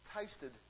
tasted